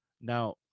now